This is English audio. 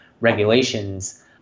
regulations